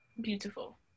Beautiful